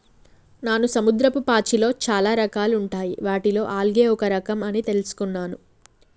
నాను సముద్రపు పాచిలో చాలా రకాలుంటాయి వాటిలో ఆల్గే ఒక రఖం అని తెలుసుకున్నాను